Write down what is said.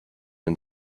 and